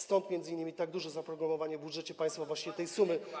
Stąd m.in. tak duże zaprogramowanie w budżecie państwa właśnie tej sumy.